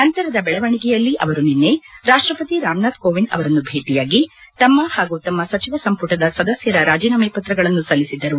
ನಂತರದ ಬೆಳವಣಿಗೆಯಲ್ಲಿ ಅವರು ನಿನ್ನೆ ರಾಷ್ಟಪತಿ ರಾಮನಾಥ್ ಕೋವಿಂದ್ ಅವರನ್ನು ಭೇಟಿಯಾಗಿ ತಮ್ಮ ಮತ್ತು ತಮ್ನ ಸಚಿವ ಸಂಪುಟದ ಸದಸ್ನರ ರಾಜೀನಾಮೆ ಪತ್ರಗಳನ್ನು ಸಲ್ಲಿಸಿದರು